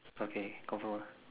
okay confirm ah